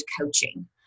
coaching